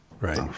Right